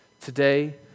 today